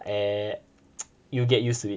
eh you'll get used to it